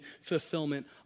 fulfillment